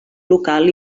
local